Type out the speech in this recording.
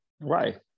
Right